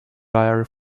dairy